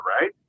right